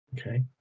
Okay